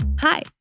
Hi